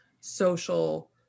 social